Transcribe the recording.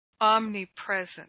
omnipresent